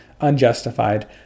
unjustified